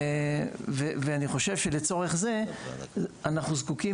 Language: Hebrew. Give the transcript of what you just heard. ואני חושב שלצורך זה אנחנו זקוקים